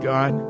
God